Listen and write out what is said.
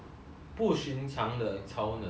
不寻常的超能力